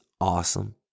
awesome